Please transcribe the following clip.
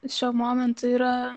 šiuo momentu yra